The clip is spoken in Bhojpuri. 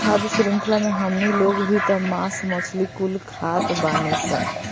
खाद्य शृंख्ला मे हमनी लोग भी त मास मछली कुल खात बानीसन